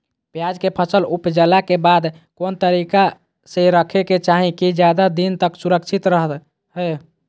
प्याज के फसल ऊपजला के बाद कौन तरीका से रखे के चाही की ज्यादा दिन तक सुरक्षित रहय?